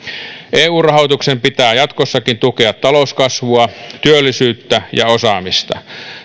eu rahoituksen pitää jatkossakin tukea talouskasvua työllisyyttä ja osaamista